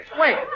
Wait